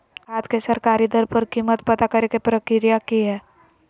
खाद के सरकारी दर पर कीमत पता करे के प्रक्रिया की हय?